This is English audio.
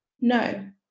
no